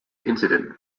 incident